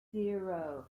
zero